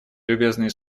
любезные